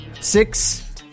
Six